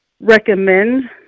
recommend